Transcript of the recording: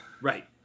Right